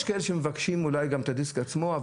יש כאלה שמבקשים אולי גם את הדיסק עצמו,